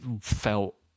felt